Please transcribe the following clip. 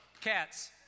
Cats